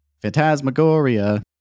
Phantasmagoria